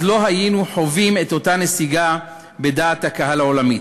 לא היינו חווים את אותה נסיגה בדעת הקהל העולמית.